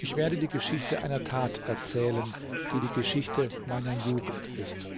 ich werde die geschichte einer tat erzählen die die geschichte meiner jugend ist